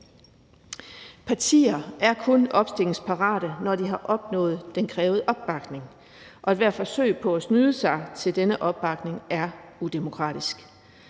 Partier er kun opstillingsparate, når de har opnået den krævede opbakning, og ethvert forsøg på at snyde sig til denne opbakning er udemokratisk.